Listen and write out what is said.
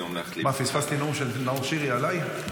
פספסתי נאום של נאור שירי עליי?